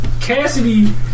Cassidy